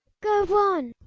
go on,